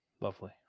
Lovely